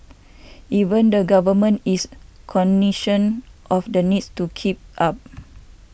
even the government is cognisant of the needs to keep up